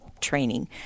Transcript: training